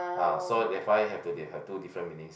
ah so define have to they have two different meanings